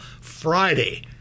Friday